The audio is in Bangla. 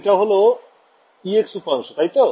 এটা হল Ex উপাংশ তাই তো